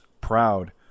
proud